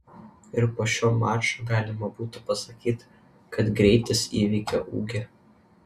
ir po šio mačo galima būtų pasakyti kad greitis įveikė ūgį